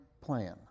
plan